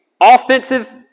offensive